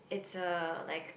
it's a like